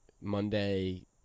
Monday-